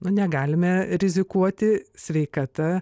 nu negalime rizikuoti sveikata